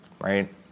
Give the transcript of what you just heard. Right